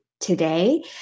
today